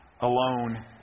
alone